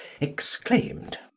exclaimed